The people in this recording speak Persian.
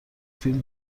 فیلم